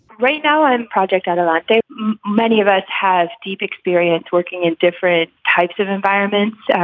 right now, i'm project out a lot that many of us have deep experience working in different types of environments. yeah